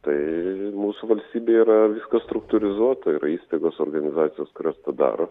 tai mūsų valstybėje yra viskas struktūrizuota ir įstaigos organizacijos kurios tą daro